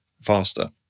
faster